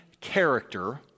character